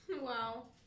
Wow